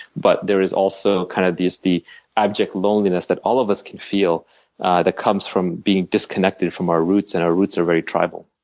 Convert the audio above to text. but there is also kind of just the abject loneliness that all of us can feel that comes from being disconnected from our roots, and our roots are very tribal.